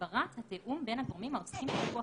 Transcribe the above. להגברת התיאום בין הגורמים העוסקים בפיקוח